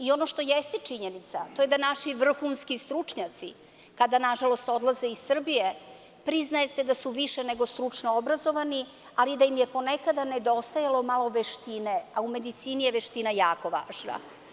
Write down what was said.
Ono što jeste činjenica, to je da naši vrhunski stručnjaci kada nažalost odlaze iz Srbije, priznaje se da su više nego stručno obrazovani, ali da im je ponekada nedostajalo malo veštine, a u medicini je veština jako važna.